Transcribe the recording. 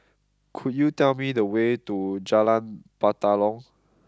could you tell me the way to Jalan Batalong